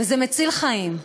וזה מציל חיים.